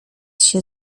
się